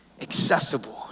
accessible